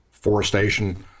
forestation